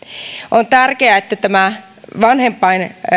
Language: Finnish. on tärkeää että tämä